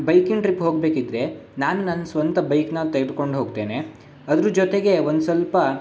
biking trip ಹೋಗಬೇಕಿದ್ರೆ ನಾನು ನಾನು ಸ್ವಂತ ಬೈಕ್ನ ತೆಗ್ದ್ಕೊಂಡು ಹೋಗ್ತೇನೆ ಅದ್ರ ಜೊತೆಗೆ ಒಂದು ಸ್ವಲ್ಪ